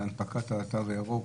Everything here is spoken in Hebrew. להנפקת התו הירוק,